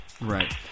right